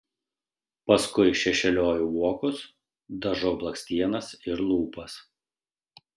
paskui šešėliuoju vokus dažau blakstienas ir lūpas